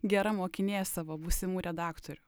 gera mokinė savo būsimų redaktorių